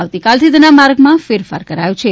આવતીકાલથી તેના માર્ગમાં ફેરફાર કરાયો છે